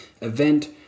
event